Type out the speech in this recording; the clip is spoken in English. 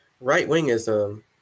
right-wingism